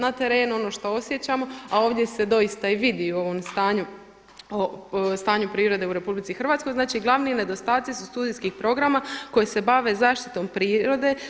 Na terenu ono što osjećamo, a ovdje se doista i vidi u ovom stanju prirode u RH, znači glavni nedostatci su studijskih programa koji se bave zaštitom prirode.